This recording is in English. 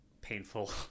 painful